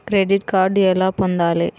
Credit card ఎలా పొందాలి?